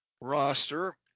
roster